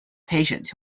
patients